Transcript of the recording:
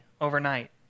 overnight